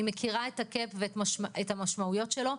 אני מכירה את הקאפ ואת המשמעויות שלו.